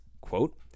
quote